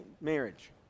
Marriage